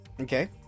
Okay